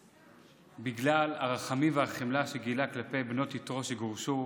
בגלל הרחמים והחמלה שגילה כלפי בנות יתרו שגורשו